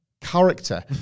character